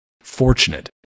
fortunate